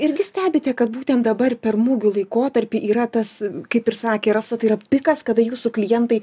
irgi stebite kad būtent dabar per mugių laikotarpį yra tas kaip ir sakė rasa tai yra pikas kada jūsų klientai